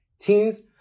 teens